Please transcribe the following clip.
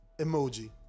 emoji